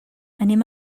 anem